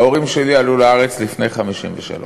ההורים שלי עלו לארץ לפני 1953,